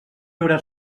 haurà